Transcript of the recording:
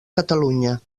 catalunya